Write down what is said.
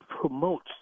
promotes